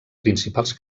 principals